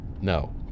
No